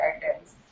characters